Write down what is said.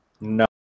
No